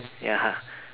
ya